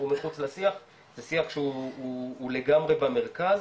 הוא מחוץ לשיח ושיח שהוא לגמרי במרכז.